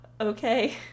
okay